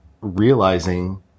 realizing